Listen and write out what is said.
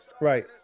Right